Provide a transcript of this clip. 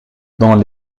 dans